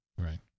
Right